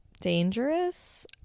dangerous